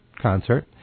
concert